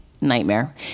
nightmare